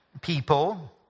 people